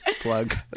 plug